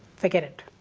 forget it.